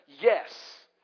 yes